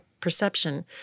perception